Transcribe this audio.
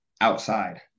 outside